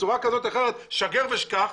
בצורה כזאת או אחרת במצב של שגר ושכח,